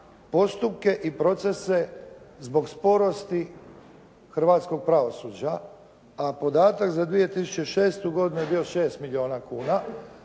postupke i procese zbog sporosti hrvatskog pravosuđa, a podatak za 2006. godinu je bio 6 milijuna kuna.